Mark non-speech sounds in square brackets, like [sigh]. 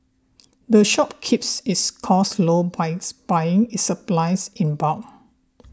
the shop keeps its costs low by [noise] buying its supplies in bulk